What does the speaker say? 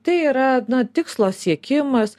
tai yra na tikslo siekimas